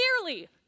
clearly